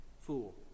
fool